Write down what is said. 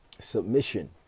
submission